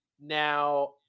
Now